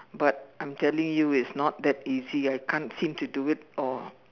but I'm telling you it's not that easy I can't seem to do it or